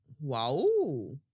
wow